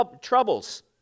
troubles